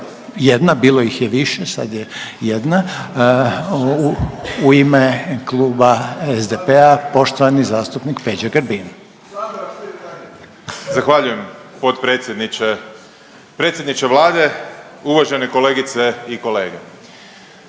jedna, bilo ih je više, sad je jedna. U ime Kluba SDP-a poštovani zastupnik Peđa Grbin. **Grbin, Peđa (SDP)** Zahvaljujem potpredsjedniče. Predsjedniče Vlade, uvažene kolegice i kolege,